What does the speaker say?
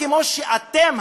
כמו שאתם,